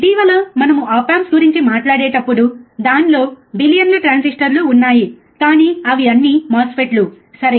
ఇటీవల మనము op amps గురించి మాట్లాడేటప్పుడు దానిలో బిలియన్ల ట్రాన్సిస్టర్లు ఉన్నాయి కానీ అవి అన్నీ MOSFET లు సరే